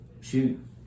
shoot